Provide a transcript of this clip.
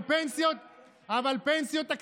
אבל פנסיות תקציביות,